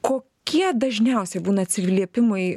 kokie dažniausiai būna atsiliepimai